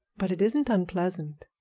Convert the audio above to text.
but it isn't unpleasant.